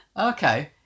Okay